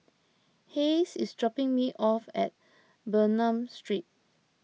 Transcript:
Hayes is dropping me off at Bernam Street